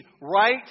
right